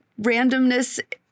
randomness